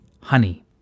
Honey